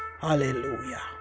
hallelujah